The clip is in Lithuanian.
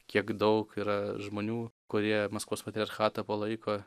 kiek daug yra žmonių kurie maskvos patriarchatą palaiko